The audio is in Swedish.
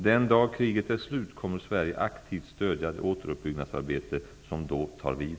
Den dag kriget är slut kommer Sverige aktivt stödja det återuppbyggnadsarbete som då tar vid.